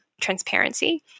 transparency